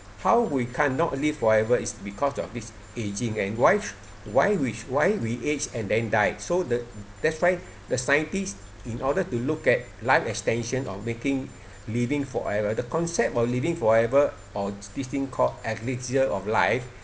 how we cannot live forever is because of this aging and why why which why we age and then die so the that's why the scientists in order to look at life extension or making living forever the concept of living forever or this thing called elixir of life